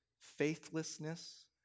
faithlessness